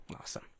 Awesome